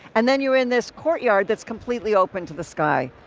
and then you in this courtyard that's completely open to the sky.